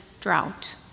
drought